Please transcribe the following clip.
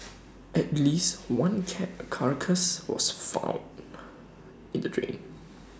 at least one cat A carcass was found in the drain